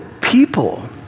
people